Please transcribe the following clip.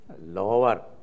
lower